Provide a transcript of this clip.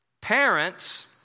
Parents